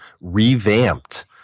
revamped